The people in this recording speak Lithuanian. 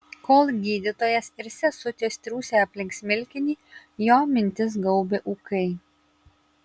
kol gydytojas ir sesutės triūsė aplink smilkinį jo mintis gaubė ūkai